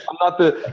not the